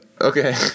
Okay